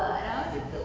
ah